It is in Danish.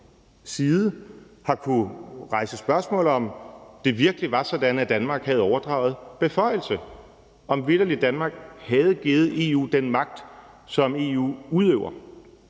side har kunnet rejse spørgsmål om, om det virkelig var sådan, at Danmark havde overdraget beføjelse; om Danmark vitterlig havde givet EU den magt, som EU udøver.